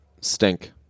stink